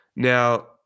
Now